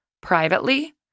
privately